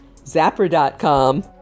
zapper.com